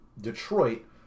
Detroit